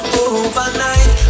overnight